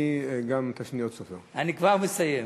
אני סופר